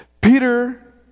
Peter